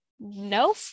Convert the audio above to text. No